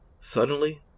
Suddenly